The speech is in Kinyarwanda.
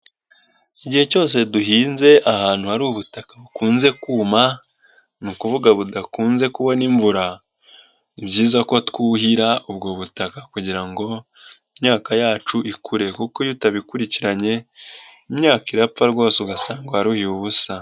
Igihe cyose duhinze ahantu hari ubutaka bukunze kuma, ni ukuvuga budakunze kubona imvura, ni byiza ko twuhira ubwo butaka kugira ngo imyaka yacu ikure kuko iyo utabikurikiranye, imyaka irapfa rwose ugasanga waruhiye ubusa.